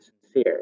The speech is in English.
sincere